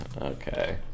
Okay